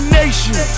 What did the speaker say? nation